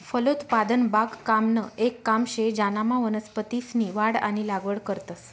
फलोत्पादन बागकामनं येक काम शे ज्यानामा वनस्पतीसनी वाढ आणि लागवड करतंस